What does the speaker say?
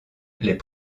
les